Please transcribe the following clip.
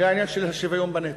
זה העניין של השוויון בנטל.